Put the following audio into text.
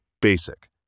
basic